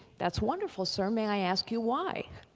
that's wonderful sir, may i ask you why?